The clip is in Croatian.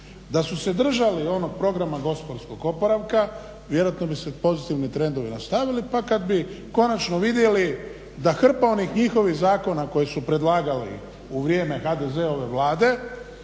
Da su se držali onog programa gospodarskog oporavka vjerojatno bi se pozitivni trendovi nastavili, pa kad bi konačno vidjeli da hrpa onih njihovih zakona koje su predlagali u vrijeme HDZ-ove Vlade